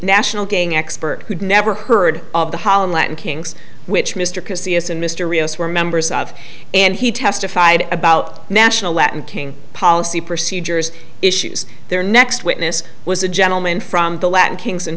national gang expert who'd never heard of the hollow latin kings which mr casey is and mr rios were members of and he testified about national latin king policy procedures issues their next witness was a gentleman from the latin kings in